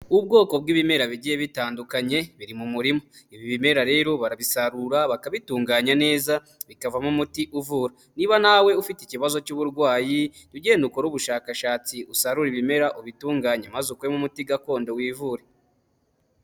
Ubwoko bw'ibimera bigiye bitandukanye biri mu murima, ibi bimera rero barabisarura bakabitunganya neza bikavamo umuti uvura, niba nawe ufite ikibazo cy'uburwayi jya ugenda ukore ubushakashatsi usarure ibimera ubitunganye maze ukoremo umuti gakondo wivure.